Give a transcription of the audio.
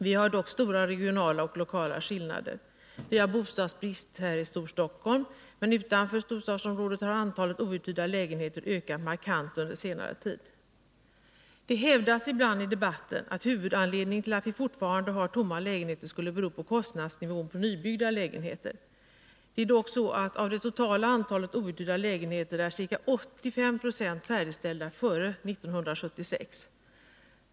Vi har dock stora regionala och lokala skillnader. Vi har bostadsbrist i Storstockholm, men utanför storstadsområdet har antalet outhyrda lägenheter ökat markant under senare tid. Det hävdas ibland i debatten att huvudanledningen till att vi fortfarande har tomma lägenheter skulle vara kostnadsnivån för nybyggda lägenheter. Av det totala antalet outhyrda lägenheter blev dock ca 85 90 färdigställda före 1976.